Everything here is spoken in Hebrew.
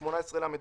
ו':